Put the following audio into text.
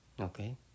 okay